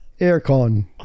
aircon